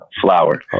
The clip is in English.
flower